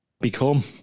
Become